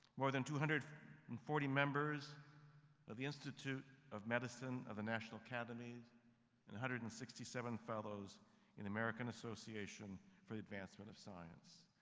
more than two hundred and forty members of the institute of medicine of the national academies, and one hundred and sixty seven fellows in the american association for the advancement of science.